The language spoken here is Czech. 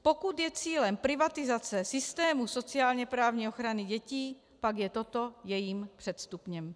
Pokud je cílem privatizace systému sociálněprávní ochrany dětí, pak je toto jejím předstupněm.